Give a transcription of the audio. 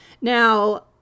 Now